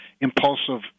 impulsive